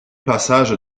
passage